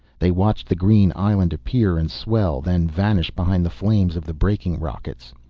they watched the green island appear and swell, then vanish behind the flames of the braking rockets.